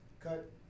cut